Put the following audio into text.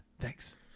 thanks